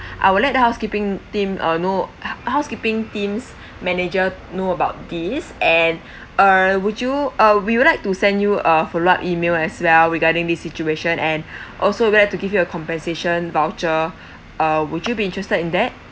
I would let the housekeeping team uh know housekeeping team's manager know about this and uh would you uh we would like to send you a follow up email as well regarding this situation and also would like to give you a compensation voucher uh would you be interested in that